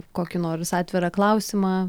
kokį nors atvirą klausimą